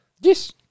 Yes